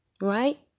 right